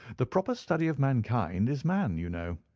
the proper study of mankind is man you know.